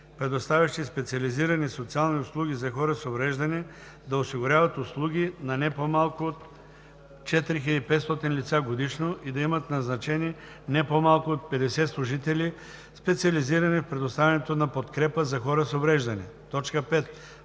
предоставящи специализирани социални услуги за хора с увреждания, да осигуряват услуги на не по-малко от 4500 лица годишно и да имат назначени не по-малко от 50 служители, специализирани в предоставянето на подкрепа за хора с увреждания;“